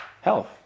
health